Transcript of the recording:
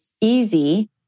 easy